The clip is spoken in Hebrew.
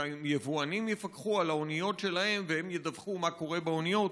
שהיבואנים יפקחו על האוניות שלהם והם ידווחו מה קורה באוניות?